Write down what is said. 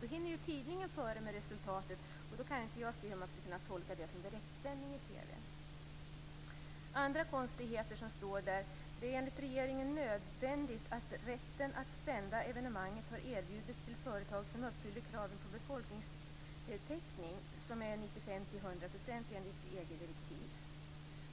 Då hinner ju tidningen före med resultatet, och då kan inte jag se hur man skall kunna tolka det som direktsändning i TV. Andra konstigheter som står där är att det enligt regeringen är nödvändigt att rätten att sända evenemanget har erbjudits till företag som uppfyller kraven på befolkningstäckning, som är 95-100 % enligt EG direktiv.